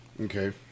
Okay